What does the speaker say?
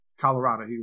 Colorado